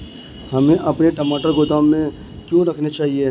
हमें अपने टमाटर गोदाम में क्यों रखने चाहिए?